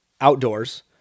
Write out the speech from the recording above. outdoors